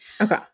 Okay